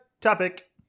topic